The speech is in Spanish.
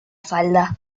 falda